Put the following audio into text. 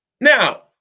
Now